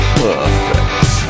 perfect